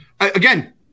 again